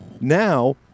Now